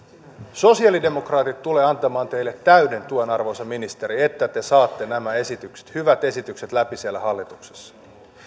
sosialidemokraatit tulevat antamaan teille täyden tuen arvoisa ministeri että te saatte nämä esitykset hyvät esitykset läpi siellä hallituksessa